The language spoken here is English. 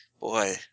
boy